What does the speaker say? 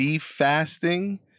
fasting